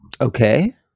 Okay